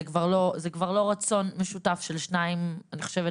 זה כבר לא רצון משותף של שניים, אני חושבת